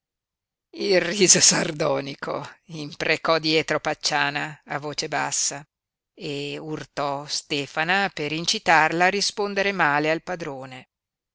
sardonico imprecò dietro pacciana a voce bassa e urtò stefana per incitarla a rispondere male al padrone